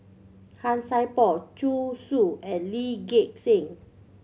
Han Sai Por Zhu Xu and Lee Gek Seng